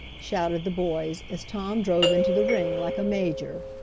shouted the boys, as tom drove into the ring like a major.